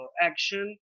action